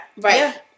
right